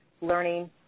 learning